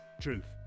truth